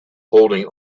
holding